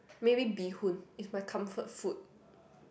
maybe bee hoon is my comfort food